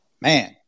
Man